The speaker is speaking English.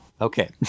Okay